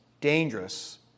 dangerous